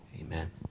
amen